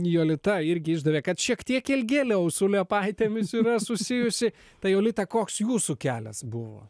jolita irgi išdavė kad šiek tiek ilgėliau su liepaitėmis yra susijusi tai jolita koks jūsų kelias buvo